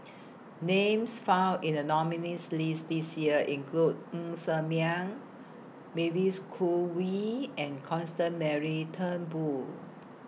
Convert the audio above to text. Names found in The nominees' list This Year include Ng Ser Miang Mavis Khoo Wei and Constance Mary Turnbull